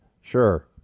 Sure